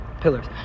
pillars